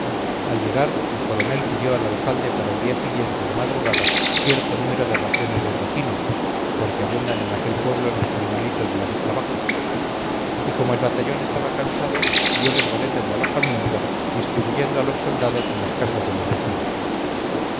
al llegar el coronel pidió al alcalde para el día siguiente de madrugada cierto número de raciones de tocino porque abundan en aquel pueblo los animalitos de la vista baja y como el batallón estaba cansado dioles boletas de alojamiento distribuyendo a los soldados en las casas de los vecinos